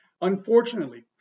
Unfortunately